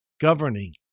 governing